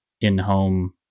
in-home